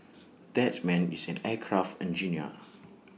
that man is an aircraft engineer